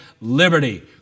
liberty